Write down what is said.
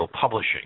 publishing